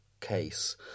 case